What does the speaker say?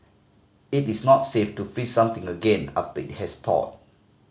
it is not safe to freeze something again after it has thawed